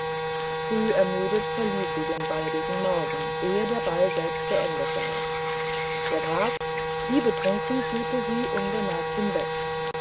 früh ermüdet verließ sie den ball gegen morgen ehe der ball selbst geendet war der graf liebetrunken führte sie unbemerkt hinweg